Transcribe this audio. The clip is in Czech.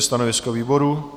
Stanovisko výboru?